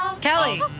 Kelly